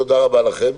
תודה רבה לכם,